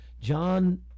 John